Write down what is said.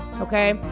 okay